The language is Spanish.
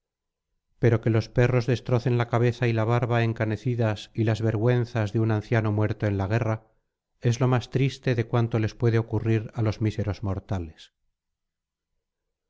pero que los perros destrocen la cabeza y la barba encanecidas y las vergüenzas de un anciano muerto en la guerra es lo más triste de cuanto les puede ocurrir á los míseros mortales